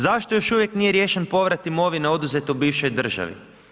Zašto još uvijek nije riješen povrat imovine, oduzetoj u bivšoj državi?